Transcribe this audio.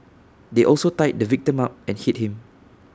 they also tied the victim up and hit him